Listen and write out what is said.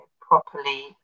properly